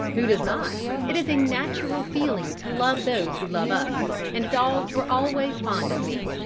who does not? it is a natural feeling to love those who love us and dogs were always fond of me.